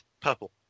purple